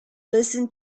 listen